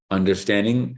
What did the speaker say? understanding